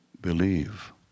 believe